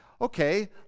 okay